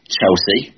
Chelsea